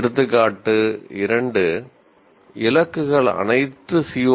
எடுத்துக்காட்டு 2 "இலக்குகள் அனைத்து சி